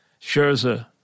Scherzer